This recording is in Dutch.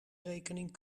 rekening